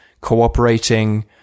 cooperating